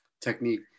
technique